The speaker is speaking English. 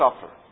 suffer